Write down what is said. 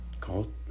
called